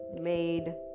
made